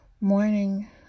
Morning